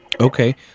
Okay